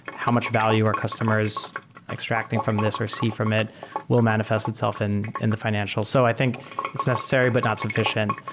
how much value are customers extracting from this or see from it will manifest itself in in the financials. so i think it's necessary, but not sufficient.